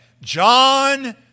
John